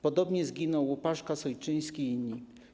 Podobnie zginęli Łupaszka, Sojczyński i inni.